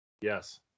Yes